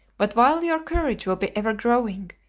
but while your courage will be ever growing,